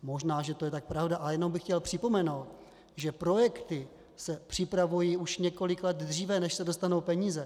Možná že to je pravda, ale jenom bych chtěl připomenout, že projekty se připravují už o několik dříve, než se dostanou peníze.